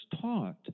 taught